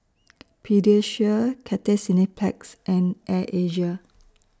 Pediasure Cathay Cineplex and Air Asia